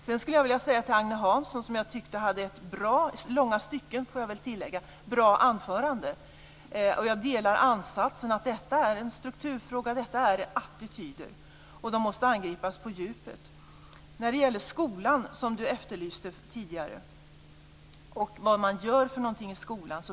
Sedan skulle jag vilja säga till Agne Hansson, som jag tyckte hade ett i långa stycken bra anförande, att jag delar ansatsen att detta är en strukturfråga, detta är attityder som måste angripas på djupet. Vad man gör i skolan efterlyste Agne Hansson tidigare.